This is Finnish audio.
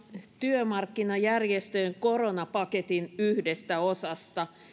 työmarkkinajärjestöjen koronapaketin yhdestä osasta